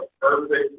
perfect